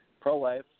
pro-life